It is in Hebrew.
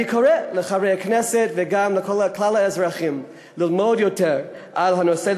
אני קורא לחברי הכנסת וגם לכלל האזרחים ללמוד יותר על הנושא,